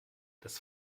das